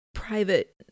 Private